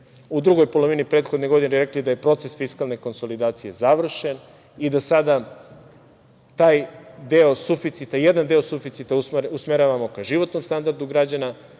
u drugoj polovini prethodne godine rekli da je proces fiskalne konsolidacije završen i da sada taj deo suficita, jedan deo suficita usmeravamo ka životnom standardu građana,